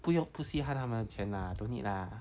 不用不稀罕他们钱 lah don't need lah